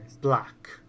Black